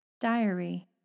Diary